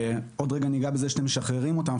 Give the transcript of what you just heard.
עוד רגע ניגע בזה שאתם משחררים אותם אז